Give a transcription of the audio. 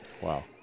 Wow